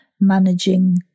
managing